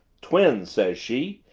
twins, says she,